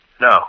No